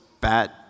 bad